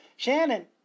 Shannon